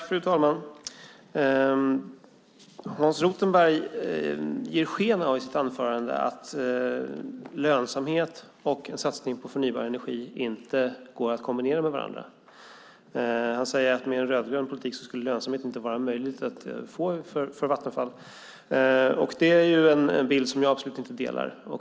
Fru talman! Hans Rothenberg ger i sitt anförande sken av att lönsamhet och en satsning på förnybar energi inte går att kombinera. Han säger att med en rödgrön politik skulle det inte vara möjligt för Vattenfall att få lönsamhet. Det är en åsikt som jag absolut inte delar.